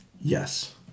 Yes